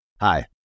Hi